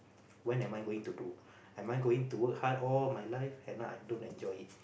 when am I going to do am I going to work hard all my life end up I don't enjoy it